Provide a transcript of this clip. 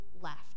left